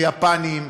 ויפנים,